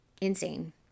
insane